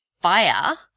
fire